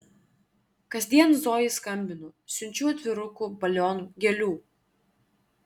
kasdien zojai skambinu siunčiu atvirukų balionų gėlių